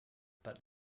but